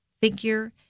figure